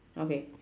okay